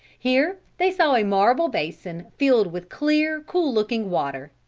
here they saw a marble basin filled with clear, cool-looking water.